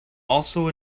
also